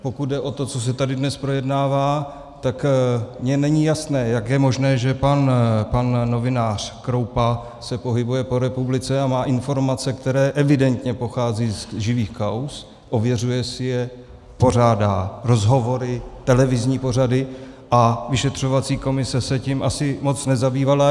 Pokud jde o to, co se tady dnes projednává, tak mně není jasné, jak je možné, že pan novinář Kroupa se pohybuje po republice a má informace, které evidentně pocházejí z živých kauz, ověřuje si je, pořádá rozhovory, televizní pořady, a vyšetřovací komise se tím asi moc nezabývala.